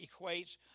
equates